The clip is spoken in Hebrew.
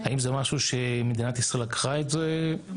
האם זה משהו שמדינת ישראל לקחה את זה בחשבון?